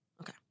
okay